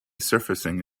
surfacing